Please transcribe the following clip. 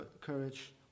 courage